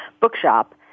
bookshop